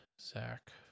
Zach